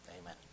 Amen